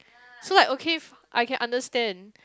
so like okay I can understand